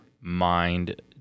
mind